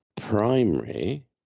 Primary